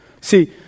See